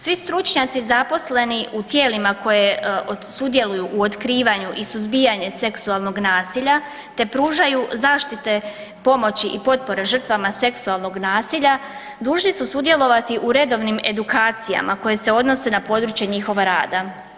Svi stručnjaci zaposleni u tijelima koje sudjeluju u otkrivanju i suzbijanje seksualnog nasilja te pružaju zaštite pomoći i potpore žrtvama seksualnog nasilja, dužni su sudjelovati u redovnim edukacijama koje se odnose na područje njihova rada.